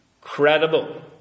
credible